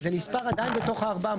זה נספר עדיין בתור ה-400.